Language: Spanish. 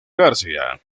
garcía